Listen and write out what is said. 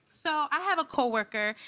so i have a co-worker.